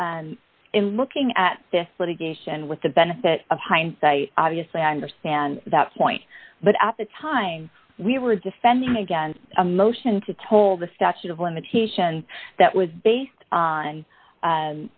in looking at this litigation with the benefit of hindsight obviously i understand that point but at the time we were defending against a motion to toll the statute of limitation that was based on